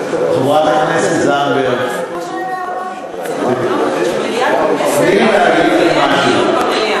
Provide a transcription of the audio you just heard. חברת הכנסת זנדברג, אני באמת רוצה להגיד משהו.